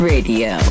Radio